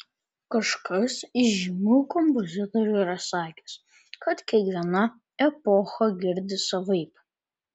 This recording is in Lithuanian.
kažkas iš žymių kompozitorių yra sakęs kad kiekviena epocha girdi savaip